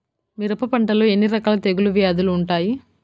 మిరప పంటలో ఎన్ని రకాల తెగులు వ్యాధులు వుంటాయి?